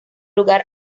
lugar